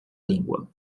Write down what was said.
língua